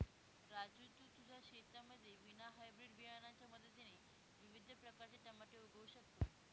राजू तू तुझ्या शेतामध्ये विना हायब्रीड बियाणांच्या मदतीने विविध प्रकारचे टमाटे उगवू शकतो